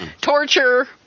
torture